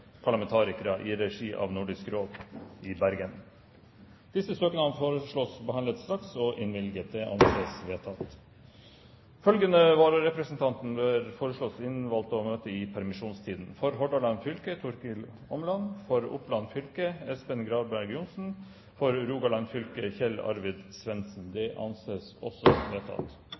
parlamentarikere i regi av Nordisk Råd i Bergen Etter forslag fra presidenten ble enstemmig besluttet: Søknadene behandles straks og innvilges. Følgende vararepresentanter innkalles for å møte i permisjonstiden: For Hordaland fylke: Torkil Åmland For Oppland fylke: Espen Granberg Johnsen For Rogaland fylke: Kjell Arvid